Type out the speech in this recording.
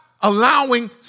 allowing